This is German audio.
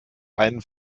einem